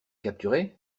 capturé